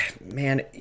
man